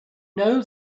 know